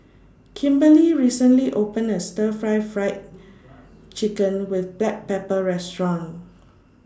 Kimberlie recently opened A Stir Fried Fried Chicken with Black Pepper Restaurant